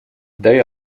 they